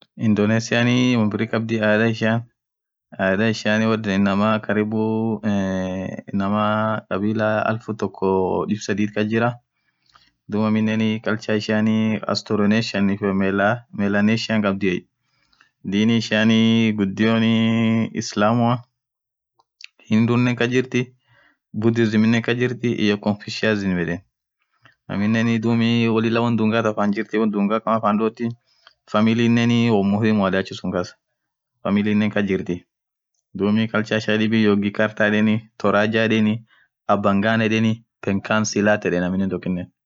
Idhonisia niii won birri khabdhi adhaa ishian wonn yedheni inamaa karibu eee inamaa kabila elfuu toko dhib sadhii kasjira dhub aminen culture ishianii astruuu nation iyoo mela nation dini ishian ghudio islamua hindhunen kasjirti judusim kasjirthiii convisium aminen dhub lila won dhunga thaa fan jirthi won dhuga thaa fandhothi familinen won muhimu kadhachisun kas familinen kas jirthi dhub culture ishian dhib yorghi kaltter yedheni thorajaa yedheni abangan yedheni tinkas lant